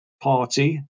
party